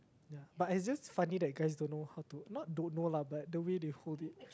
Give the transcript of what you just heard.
ya but it's just funny that guys don't know how to not don't know lah but the way they hold it